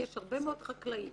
כי יש הרבה מאוד חקלאים